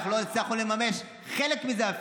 אנחנו לא הצלחנו לממש חלק מזה,